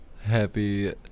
Happy